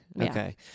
okay